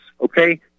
okay